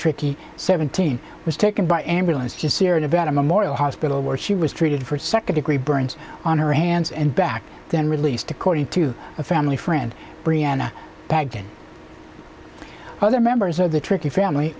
tricky seventeen was taken by ambulance to sierra nevada memorial hospital where she was treated for second degree burns on her hands and back then released according to a family friend brianna bag and other members of the tricky family